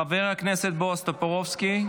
חבר הכנסת בועז טופורובסקי.